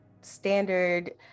standard